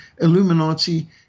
Illuminati